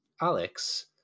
Alex